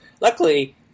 Luckily